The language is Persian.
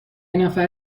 نفر